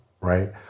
right